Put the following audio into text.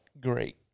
Great